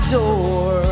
door